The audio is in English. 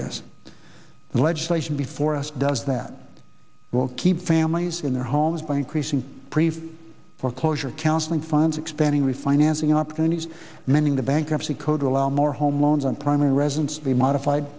this legislation before us does that will keep families in their homes by increasing preferred foreclosure counseling funds expanding refinancing opportunities mending the bankruptcy code to allow more home loans and primary residence the modified